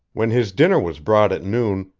when his dinner was brought at noon,